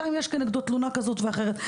גם אם יש כנגדו תלונה כזאת או אחרת.